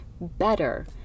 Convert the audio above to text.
better